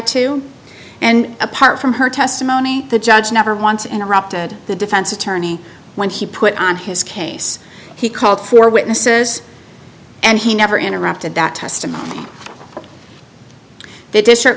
to and apart from her testimony the judge never once interrupted the defense attorney when he put on his case he called for witnesses and he never interrupted that testimony the district